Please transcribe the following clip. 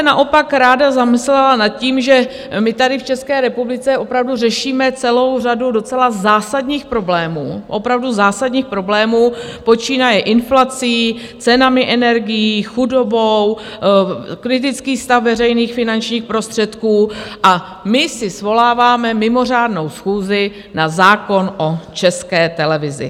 Naopak bych se ráda zamyslela nad tím, že my tady v České republice opravdu řešíme celou řadu docela zásadních problémů, opravdu zásadních problémů, počínaje inflací, cenami energií, chudobou, kritickým stavem veřejných finančních prostředků, a my si svoláváme mimořádnou schůzi na zákon o České televizi.